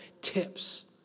tips